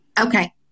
okay